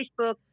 Facebook